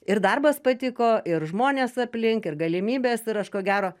ir darbas patiko ir žmonės aplink ir galimybės ir aš ko gero